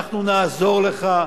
אנחנו נעזור לך,